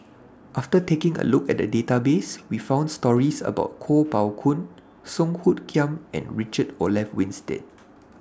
after taking A Look At The Database We found stories about Kuo Pao Kun Song Hoot Kiam and Richard Olaf Winstedt